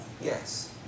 Yes